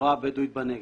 לחברה הבדואית בנגב.